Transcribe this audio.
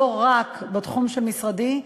לא רק בתחום של משרדי,